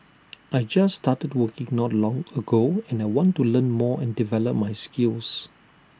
I just started working not long ago and I want to learn more and develop my skills